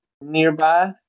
nearby